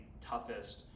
toughest